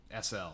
sl